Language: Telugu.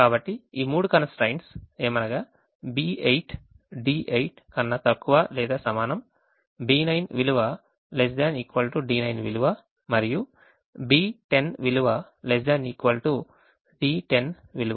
కాబట్టి ఈ మూడు constraints ఏమనగా B8 D8 కన్నా తక్కువ లేదా సమానం B9 విలువ ≤ D9 విలువ మరియు B10 విలువ ≤ D10 విలువ